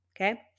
Okay